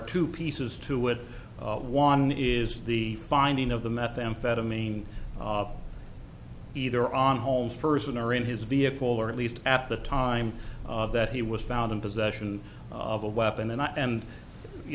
two pieces to it one is the finding of the methamphetamine either on homes person or in his vehicle or at least at the time that he was found in possession of a weapon and i and you